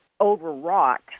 overwrought